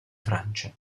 francia